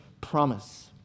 promise